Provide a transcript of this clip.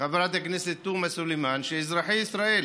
חברת הכנסת תומא סלימאן, שאזרחי ישראל